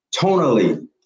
tonally